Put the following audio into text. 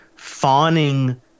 fawning